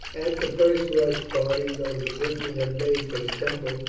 at the first rush parties of the britons had made for the temple,